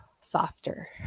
Softer